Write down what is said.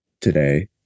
today